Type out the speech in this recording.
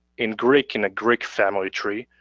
in greek in a greek family tree,